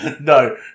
no